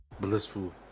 blissful